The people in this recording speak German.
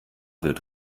wird